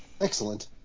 Excellent